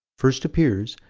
first appears,